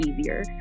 easier